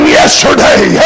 yesterday